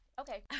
Okay